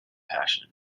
passion